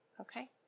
okay